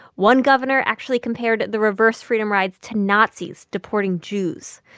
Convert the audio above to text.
one governor actually compared the reverse freedom rides to nazis deporting jews.